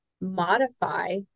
modify